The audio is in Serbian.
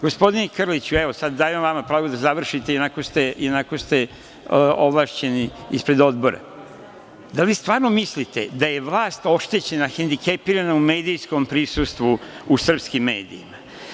Gospodine Krliću, evo, sad dajem vama pravo da završite, ionako ste ovlašćeni ispred Odbora, da li stvarno mislite da je vlast oštećena, hendikepirana u medijskom prisustvu u srpskim medijima?